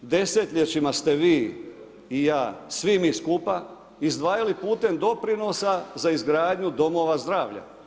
Desetljećima ste vi i ja svi mi skupa izdvajali putem doprinosa za izgradnju domova zdravlja.